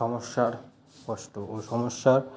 সমস্যার কষ্ট ও সমস্যার